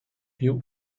più